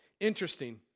Interesting